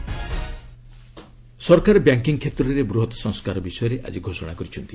FM banking ସରକାର banking କ୍ଷେତ୍ରରେ ବୃହତ୍ ସଂସ୍କାର ବିଷୟରେ ଆଜି ଘୋଷଣା କରିଛନ୍ତି